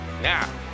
Now